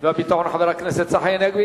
והביטחון חבר הכנסת צחי הנגבי.